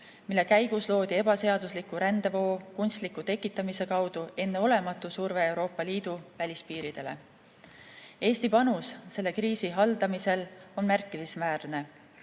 mille käigus loodi ebaseadusliku rändevoo kunstliku tekitamise kaudu enneolematu surve Euroopa Liidu välispiiridele. Eesti panus selle kriisi haldamisel on märkimisväärne: